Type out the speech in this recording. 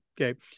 Okay